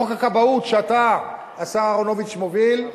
חוק הכבאות, שאתה, השר אהרונוביץ, מוביל,